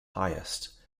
highest